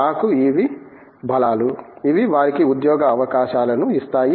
నాకు ఇవి బలాలు ఇవి వారికి ఉద్యోగ అవకాశాలను ఇస్తాయి